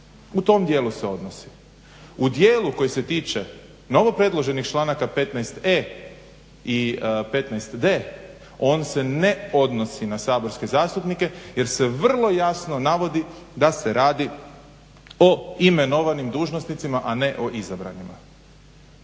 U tom dijelu se odnosi. U dijelu koji se tiče novopredloženih članaka 15.e i 15.d on se ne odnosi na saborske zastupnike jer se vrlo jasno navodi da se radi o imenovanim dužnosnicima, a ne o izabranima.